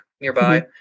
nearby